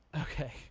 okay